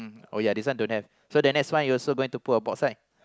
oh ya this one don't have so the next one you also going to put a box right